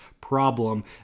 problem